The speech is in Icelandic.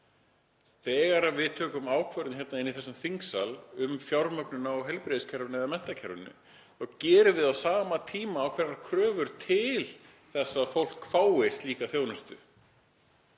Þegar við tökum ákvörðun hér inni í þessum þingsal um fjármögnun á heilbrigðiskerfinu eða menntakerfinu gerum við á sama tíma ákveðnar kröfur til þess að fólk fái slíka þjónustu.